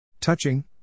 Touching